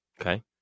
Okay